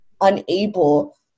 unable